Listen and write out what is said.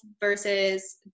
versus